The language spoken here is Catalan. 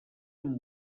amb